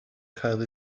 cael